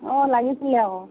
অঁ লাগিছিলে আক